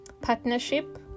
partnership